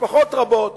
משפחות רבות.